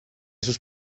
sus